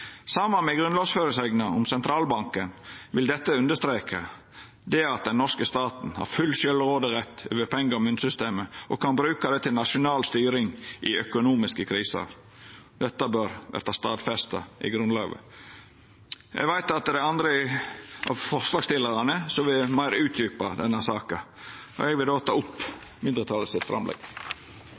saman med grunnlovføresegna om sentralbanken, vil dette understreka at den norske staten har full sjølvråderett over penge- og myntsystemet og kan bruka det til nasjonal styring i økonomiske krisar. Dette bør verta stadfesta i Grunnlova. Eg veit at dei andre forslagsstillarane vil utdjupa denne saka meir. Eg tek opp forslaget frå mindretalet.